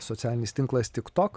socialinis tinklas tik tok